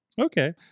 Okay